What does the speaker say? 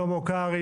שלמה קרעי,